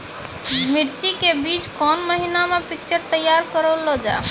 मिर्ची के बीज कौन महीना मे पिक्चर तैयार करऽ लो जा?